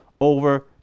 over